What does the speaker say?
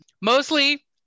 Mostly